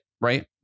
right